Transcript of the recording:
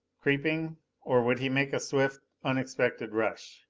creeping or would he make a swift, unexpected rush?